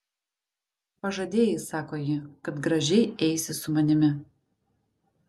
pažadėjai sako ji kad gražiai eisi su manimi